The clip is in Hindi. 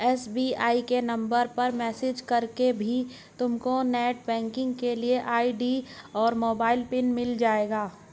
एस.बी.आई के नंबर पर मैसेज करके भी तुमको नेटबैंकिंग के लिए आई.डी और मोबाइल पिन मिल जाएगा